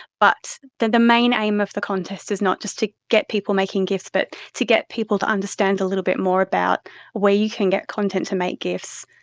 but the the main aim of the contest is not just to get people making gifs but to get people to understand a little bit more about where you can get content to make gifs,